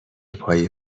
پای